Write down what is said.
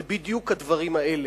זה בדיוק הדברים האלה,